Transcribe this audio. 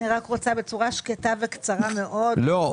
אני רק רוצה בצורה שקטה וקצרה מאוד --- לא.